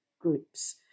groups